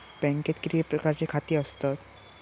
बँकेत किती प्रकारची खाती असतत?